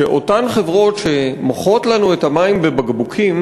שאותן חברות שמוכרות לנו את המים בבקבוקים